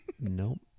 Nope